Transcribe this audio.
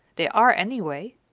they are, anyway.